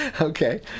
Okay